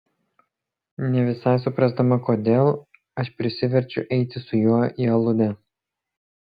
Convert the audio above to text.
ne visai suprasdama kodėl aš prisiverčiu eiti su juo į aludę